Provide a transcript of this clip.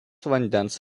vandens